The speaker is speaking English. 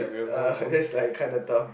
uh that's like kind of tough